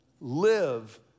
Live